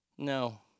No